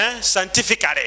Scientifically